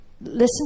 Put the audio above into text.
listen